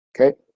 Okay